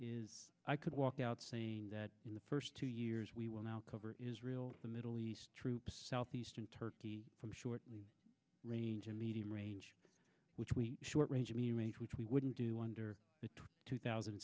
is i could walk out saying that in the first two years we will now cover israel the middle east troops southeastern turkey from shortly range in medium range which we short range me made which we wouldn't do under the two thousand